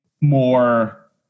more